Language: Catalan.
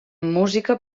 música